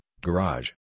Garage